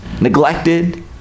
Neglected